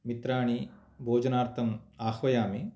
मित्राणि भोजनार्थम् आह्वयमि